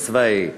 בסיס צבאי,